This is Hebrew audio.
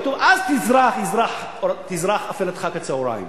כתוב: אז תזרח אפלתך כצהריים.